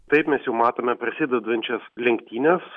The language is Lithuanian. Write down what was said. taip mes jau matome prasidedančias lenktynes